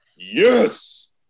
yes